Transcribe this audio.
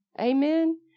Amen